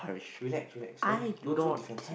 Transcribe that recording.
relax relax don't don't so defensive